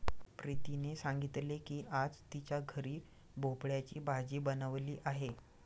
प्रीतीने सांगितले की आज तिच्या घरी भोपळ्याची भाजी बनवली आहे